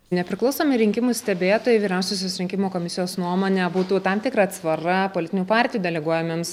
nepriklausomi rinkimų stebėtojai vyriausiosios rinkimų komisijos nuomone būtų tam tikra atsvara politinių partijų deleguojamiems